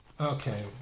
Okay